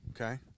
Okay